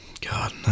god